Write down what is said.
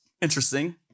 Interesting